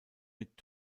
mit